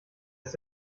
ist